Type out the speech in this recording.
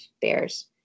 bears